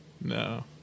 No